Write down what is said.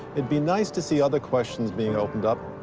it'd be nice to see other questions being opened up.